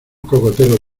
cocoteros